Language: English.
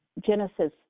Genesis